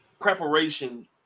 preparation